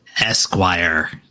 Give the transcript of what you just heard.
Esquire